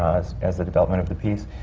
as as the development of the piece.